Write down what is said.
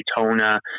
Daytona